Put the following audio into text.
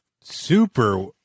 Super